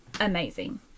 amazing